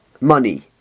money